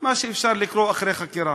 מה שאפשר לקרוא אחרי חקירה.